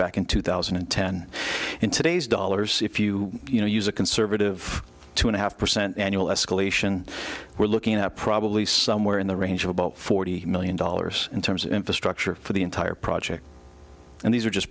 back in two thousand and ten in today's dollars if you use a conservative two and a half percent annual escalation we're looking at probably somewhere in the range of about forty million dollars in terms of infrastructure for the entire project and these are just